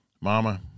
Mama